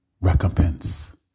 recompense